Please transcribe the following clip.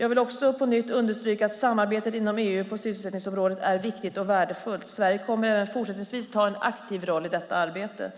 Jag vill också på nytt understryka att samarbetet inom EU på sysselsättningsområdet är viktigt och värdefullt. Sverige kommer även fortsättningsvis att ta en aktiv roll i detta arbete.